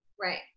Right